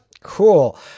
cool